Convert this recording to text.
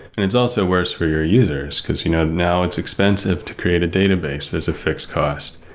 and it's also worst for your users, because you know now it's expensive to create a database that's a fixed cost.